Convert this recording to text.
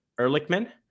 Ehrlichman